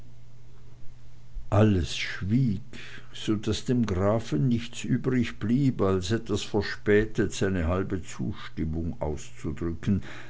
alles schwieg so daß dem grafen nichts übrigblieb als etwas verspätet seine halbe zustimmung auszudrücken